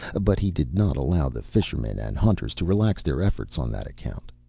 but he did not allow the fishermen and hunters to relax their efforts on that account.